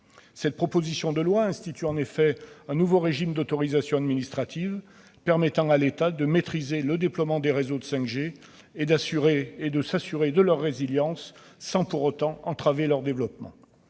Cette proposition de loi institue un nouveau régime d'autorisation administrative, permettant à l'État de maîtriser le déploiement des réseaux 5G et de s'assurer de leur résilience, sans pour autant entraver leur développement.